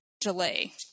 delay